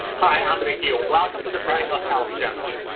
hi, andrey here, welcome to the practical health channel!